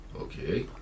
Okay